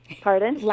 Pardon